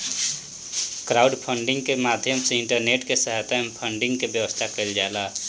crowdfunding के माध्यम से इंटरनेट के सहायता से फंडिंग के व्यवस्था कईल जाला